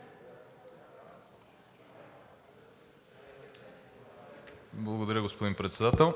е прието. Депозиран е